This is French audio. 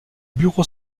bureau